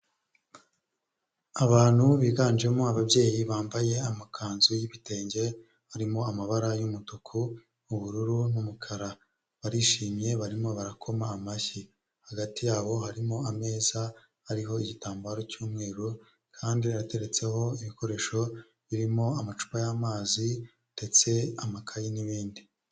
Abantu biganjemo ababyeyi bambaye amakanzu y'ibitenge, arimo amabara y'umutuku, ubururu n'umukara, barishimye barimo barakoma amashyi. Hagati yabo harimo ameza ariho igitambaro cy'umweru, kandi ateretseho ibikoresho birimo amacupa y'amazi ndetse amakaye n'ibindi.